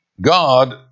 god